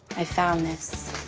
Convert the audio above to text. i found this.